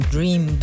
Dream